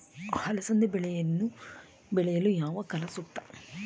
ಅಲಸಂದಿ ಬೆಳೆಯಲು ಯಾವ ಕಾಲ ಸೂಕ್ತ?